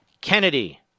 Kennedy